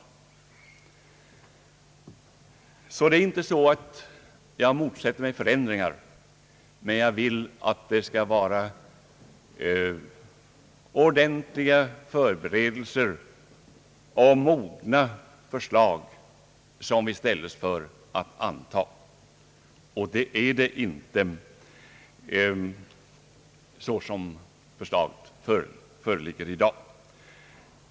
Jag motsätter mig alltså inte förändringar, men jag vill att det skall vara ordentligt förberedda och mogna förslag som vi ställs inför att antaga. Så som förslaget föreligger i dag är detta inte fallet.